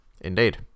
Indeed